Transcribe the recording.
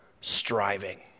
striving